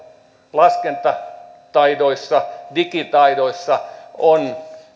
laskentataidoissa digitaidoissa ovat